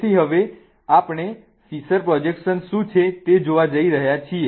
તેથી હવે આપણે ફિશર પ્રોજેક્શન શું છે તે જોવા જઈ રહ્યા છીએ